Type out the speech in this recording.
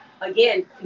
Again